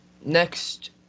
Next